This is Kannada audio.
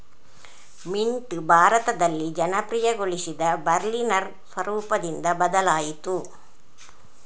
ಮಿಂಟ್ ಭಾರತದಲ್ಲಿ ಜನಪ್ರಿಯಗೊಳಿಸಿದ ಬರ್ಲಿನರ್ ಸ್ವರೂಪದಿಂದ ಬದಲಾಯಿತು